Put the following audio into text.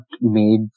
made